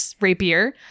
rapier